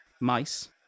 Mice